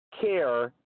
care